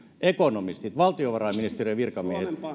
ekonomistit valtiovarainministeriön virkamiehet